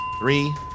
Three